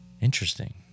Interesting